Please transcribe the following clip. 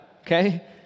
okay